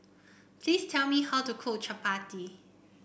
please tell me how to cook Chapati